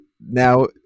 now